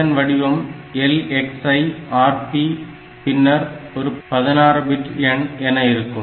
இதன் வடிவம் LXI Rp பின்னர் ஒரு 16 பிட் எண் என இருக்கும்